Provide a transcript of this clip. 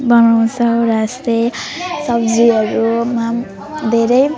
बनाउँछौँ र यस्तै सब्जीहरूमा पनि धेरै